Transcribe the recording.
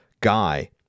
guy